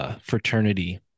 fraternity